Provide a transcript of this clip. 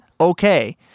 okay